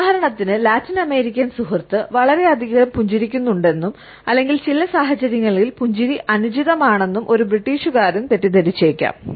ഉദാഹരണത്തിന് ലാറ്റിനമേരിക്കൻ സുഹൃത്ത് വളരെയധികം പുഞ്ചിരിക്കുന്നുണ്ടെന്നും അല്ലെങ്കിൽ ചില സാഹചര്യങ്ങളിൽ പുഞ്ചിരി അനുചിതമാണെന്നും ഒരു ബ്രിട്ടീഷുകാരൻ തെറ്റിദ്ധരിച്ചേക്കാം